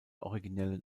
originellen